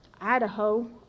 Idaho